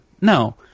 No